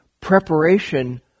preparation